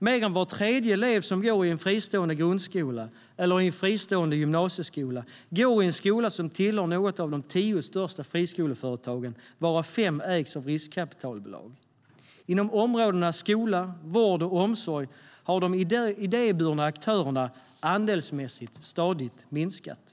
Mer än var tredje elev som går i en fristående grundskola eller i en fristående gymnasieskola går i en skola som tillhör något av de tio största friskoleföretagen, varav fem ägs av riskkapitalbolag. Inom områdena skola, vård och omsorg har de idéburna aktörerna andelsmässigt stadigt minskat.